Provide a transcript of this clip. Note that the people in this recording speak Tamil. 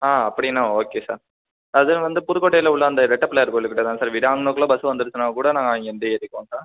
ஆ அப்படின்னா ஓகே சார் அதுவும் வந்து புதுக்கோட்டையில் உள்ள அந்த ரெட்டை பிள்ளையார் கோயில்கிட்ட தான் சார் வீடு அங்கனக்குள்ளே பஸ் வந்துடுச்சுன்னா கூட நாங்கள் அங்கிருந்து ஏறிப்போம் சார்